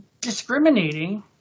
discriminating